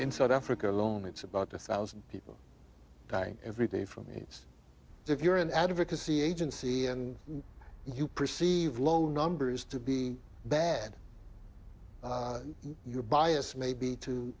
in south africa alone it's about a thousand people dying every day for me if you're an advocacy agency and you perceive low numbers to be bad your bias may be to